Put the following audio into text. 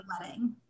wedding